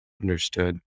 Understood